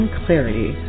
clarity